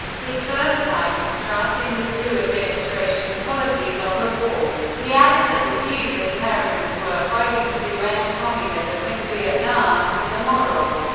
his first time contrasting the two administrations' policies on the war. he added that the view that americans were fighting to end communism in vietnam was immoral.